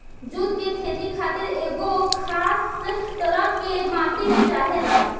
जुट के खेती खातिर एगो खास तरह के माटी चाहेला